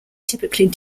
typically